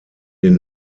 den